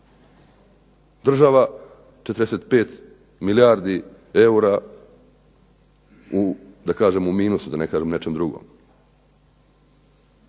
Država 45 milijardi eura u, da kažem u minusu, da ne kažem u nečem drugom.